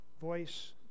voice